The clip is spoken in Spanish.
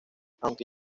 aunque